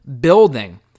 building